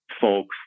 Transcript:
folks